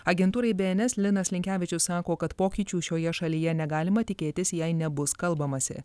agentūrai bns linas linkevičius sako kad pokyčių šioje šalyje negalima tikėtis jei nebus kalbamasi